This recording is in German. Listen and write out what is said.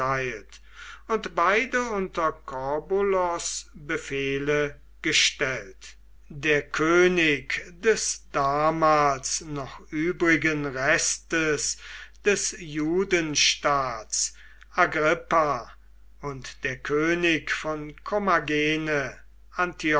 und beide unter corbulos befehle gestellt der könig des damals noch übrigen restes des judenstaats agrippa und der könig von kommagene